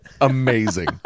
amazing